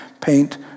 paint